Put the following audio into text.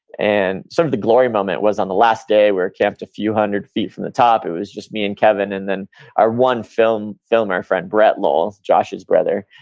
and some of the glory moment was on the last day where we camped a few hundred feet from the top. it was just me and kevin, and then our one filmer filmer for and brett law, josh's brother.